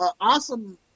awesome